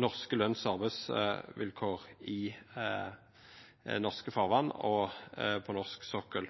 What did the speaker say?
norske løns- og arbeidsvilkår i norske farvatn og på norsk sokkel.